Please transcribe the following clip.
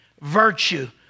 virtue